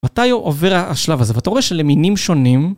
מתי הוא עובר השלב הזה? ואתה רואה שלמינים שונים.